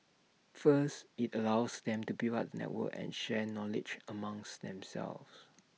first IT allows them to build up the network and share knowledge amongst themselves